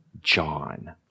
John